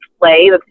play